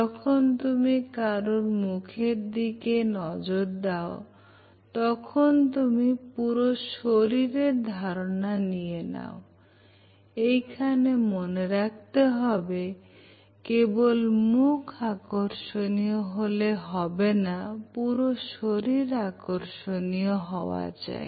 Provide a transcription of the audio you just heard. যখন তুমি কারুর মুখের দিকে নজর দাও তখন তুমি পুরো শরীরের ধারণা নিয়ে নাও এইখানে মনে রাখতে হবে কেবল মুখ আকর্ষণীয় হলে হবে না পুরো শরীর আকর্ষণীয় হওয়া চাই